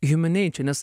human nature nes